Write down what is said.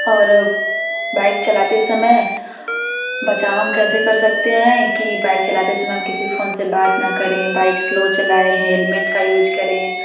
और बाइक चलाते समय बचाव हम कैसे कर सकते हैं कि बाइक चलाते समय हम किसी फोन से बात न करें बाइक स्लो चलाएँ हेलमेट का यूज करें